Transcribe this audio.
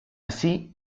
así